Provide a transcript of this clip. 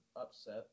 upset